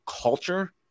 culture